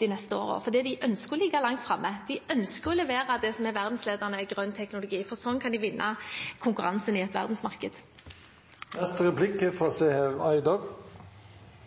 de neste årene. Vi ønsker å ligge langt framme. Vi ønsker å levere det som er verdensledende grønn teknologi, for slik kan vi vinne konkurransen i et